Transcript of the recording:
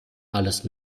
alles